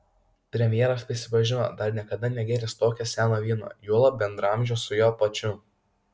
premjeras prisipažino dar niekada negėręs tokio seno vyno juolab bendraamžio su juo pačiu